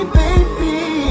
baby